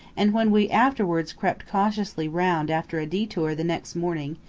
and when we afterwards crept cautiously round after a detour the next morning,